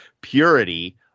purity